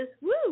Woo